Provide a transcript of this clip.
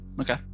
Okay